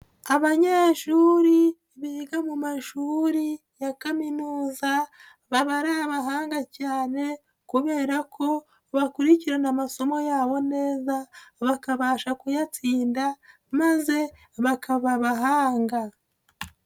Abanyeshuri biga mu mashuri ya kaminuza baba ari abahanga cyane kubera ko bakurikirana amasomo yabo neza, bakabasha kuyatsinda maze, bakaba abahanga.